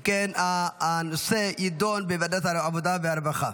אם כן, הנושא יידון בוועדת העבודה והרווחה.